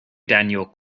daniel